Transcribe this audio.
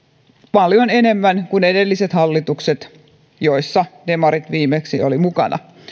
paljon enemmän kuin edelliset hallitukset joissa demarit viimeksi olivat mukana